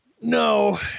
No